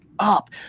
up